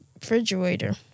refrigerator